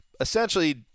essentially